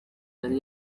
yari